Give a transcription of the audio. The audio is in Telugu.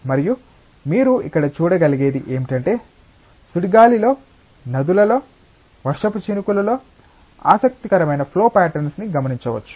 మరియు మీరు ఇక్కడ చూడగలిగేది ఏమిటంటే సుడిగాలిలో నదులలో వర్షపు చినుకులలో ఆసక్తికరమైన ఫ్లో ప్యాటర్న్స్ ని గమనించవచ్చు